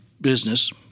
business